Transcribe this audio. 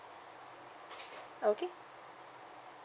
okay